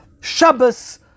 Shabbos